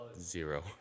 Zero